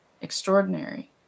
extraordinary